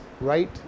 right